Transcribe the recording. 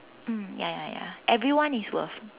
mm ya ya ya everyone is worth